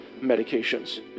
medications